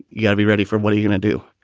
you gotta be ready for what are you gonna do?